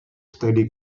steady